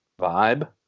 vibe